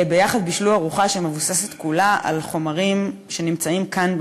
ביחד בישלו ארוחה שמבוססת כולה על חומרים שנמצאים כאן,